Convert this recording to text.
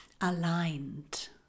aligned